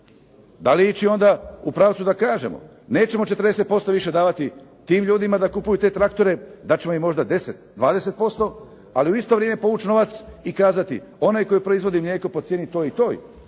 Da li ići onda u pravcu da kažemo nećemo 40% više davati tim ljudima da kupuju te traktore, dat ćemo im možda 10, 20%, ali u isto vrijeme povući novac i kazati. Onaj koji proizvodi mlijeko po cijeni toj i toj,